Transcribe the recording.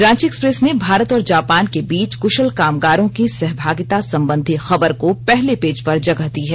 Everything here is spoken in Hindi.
रांची एक्सप्रेस ने भारत और जापान के बीच कुशल कामगारों की सहभागिता संबंधी खबर को पहले पेज पर जगह दी है